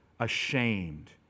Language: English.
ashamed